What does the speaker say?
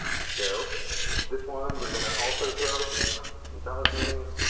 so this one we're going to also throw some salad greens.